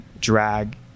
drag